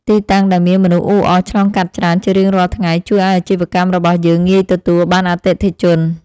ទីតាំងដែលមានមនុស្សអ៊ូអរឆ្លងកាត់ច្រើនជារៀងរាល់ថ្ងៃជួយឱ្យអាជីវកម្មរបស់យើងងាយទទួលបានអតិថិជន។